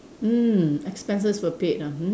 mm expenses were paid ah hmm